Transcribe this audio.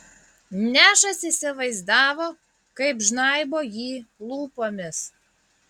nešas įsivaizdavo kaip žnaibo jį lūpomis